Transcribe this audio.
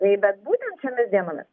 tai bet būtent šiomis dienomis